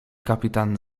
kapitan